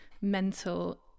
mental